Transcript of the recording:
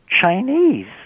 Chinese